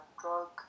drug